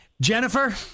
Jennifer